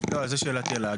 לא, אז יש לי שאלה על האגירה.